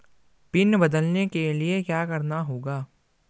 Pin बदलने के लिए क्या करना होगा?